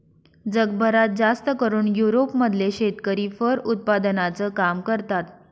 जगभरात जास्तकरून युरोप मधले शेतकरी फर उत्पादनाचं काम करतात